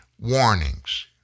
warnings